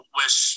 wish